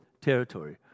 territory